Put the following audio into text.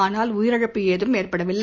ஆனால்உயிரிழப்பு ஏதும் ஏற்படவில்லை